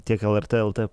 tiek lrt lt